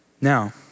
Now